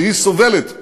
שסובלת מעוני,